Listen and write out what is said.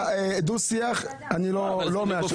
זאב, דו-שיח אני לא מאשר.